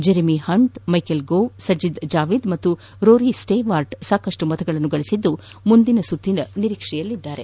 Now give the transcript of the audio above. Jeremy Hunt Michael Gove Sajid Javid ಮತ್ತು Rory Stewart ಸಾಕಷ್ನು ಮತ ಗಳಿಸಿದ್ದು ಮುಂದಿನ ಸುತ್ತಿನ ನಿರೀಕ್ಷೆಯಲ್ಲಿದ್ದಾರೆ